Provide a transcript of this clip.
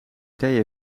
idee